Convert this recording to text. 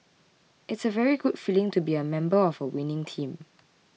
it's a very good feeling to be a member of a winning team